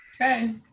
Okay